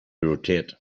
rotate